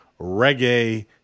reggae